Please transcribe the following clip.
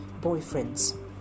boyfriends